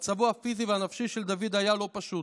מצבו הפיזי והנפשי של דוד היה לא פשוט.